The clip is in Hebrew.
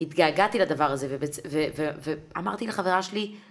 התגעגעתי לדבר הזה, ואמרתי לחברה שלי,